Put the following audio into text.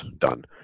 done